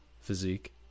physique